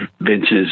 vince's